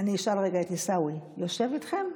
אני אשאל רגע את עיסאווי: הוא יושב איתכם?